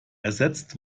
ersetzt